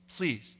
Please